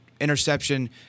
interception